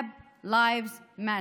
Arab lives matter.